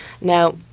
now